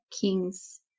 king's